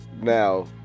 now